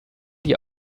die